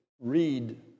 read